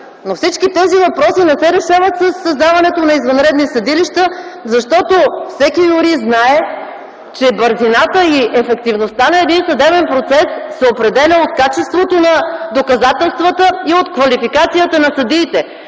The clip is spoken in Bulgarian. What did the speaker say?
– всички тези въпроси не се решават със създаването на извънредни съдилища, защото всеки юрист знае, че бързината и ефективността на един съдебен процес се определят от качеството на доказателствата и от квалификацията на съдиите,